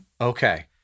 Okay